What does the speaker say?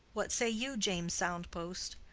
what say you, james soundpost?